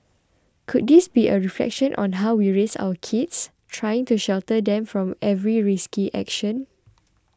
could this be a reflection on how we raise our kids trying to shelter them from every risky action